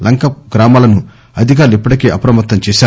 లంక గ్రామాలను అధికారులు ఇప్పటికే అప్రమత్తం చేశారు